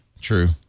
True